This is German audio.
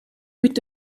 mit